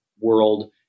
world